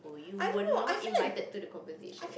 you were not invited to the conversation